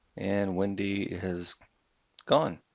and wendy has gone.